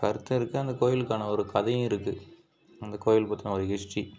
கருத்து இருக்கு அந்த கோவிலுக்கான ஒரு கதையும் இருக்கு அந்த கோவில் பற்றின ஒரு ஹிஸ்ட்ரி